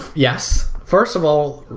yes, first of all,